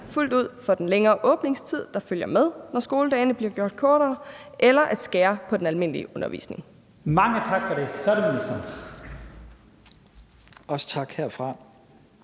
fuldt ud for den længere åbningstid, der følger med, når skoledagene bliver gjort kortere, eller at skære på den almindelige undervisning? Kl. 14:56 Første næstformand (Leif